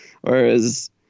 Whereas